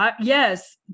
Yes